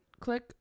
click